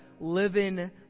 living